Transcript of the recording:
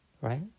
right